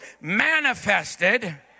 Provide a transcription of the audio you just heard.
manifested